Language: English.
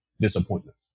disappointment